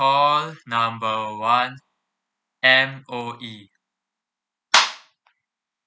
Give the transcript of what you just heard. call number one M_O_E